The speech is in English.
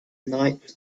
night